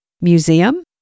Museum